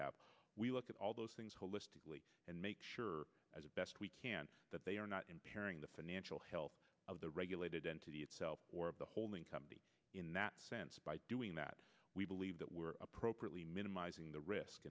have we look at all those things holistically and make sure as best we can that they are not impairing the financial health of the regulated entity itself or of the holding company in that sense by doing that we believe that we're appropriately minimizing the risk